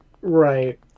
Right